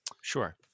sure